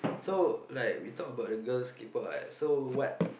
so like we talk about the girls K-pop right so what